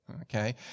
okay